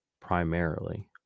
primarily